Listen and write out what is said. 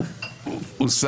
הצבעה לא אושרה.